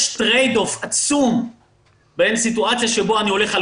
יש טרייד-אוף עצום בין סיטואציה שבה אני הולך על